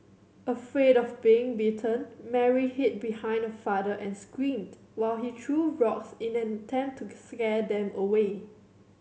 afraid of getting bitten Mary hid behind her father and screamed while he threw rocks in an attempt to scare them away